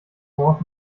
worauf